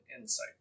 insight